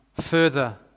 further